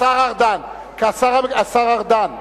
השר ארדן,